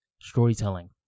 storytelling